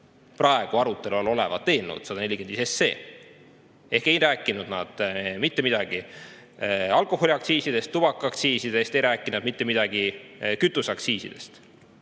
praegu arutelu all olevat eelnõu 145. Ehk ei rääkinud need mitte midagi alkoholiaktsiisidest ega tubakaaktsiisidest, ei rääkinud need mitte midagi kütuseaktsiisidest.